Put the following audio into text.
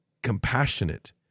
compassionate